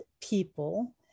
people